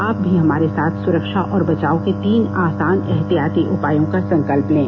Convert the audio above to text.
आप भी हमारे साथ सुरक्षा और बचाव के तीन आसान एहतियाती उपायों का संकल्प लें